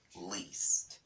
least